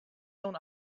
soon